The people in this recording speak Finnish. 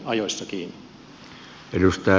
arvoisa puhemies